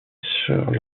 sur